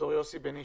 ד"ר יוסי בנישתי.